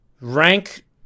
Rank